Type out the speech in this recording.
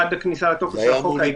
עד לכניסה לתוקף של החוק העיקרי,